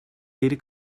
geri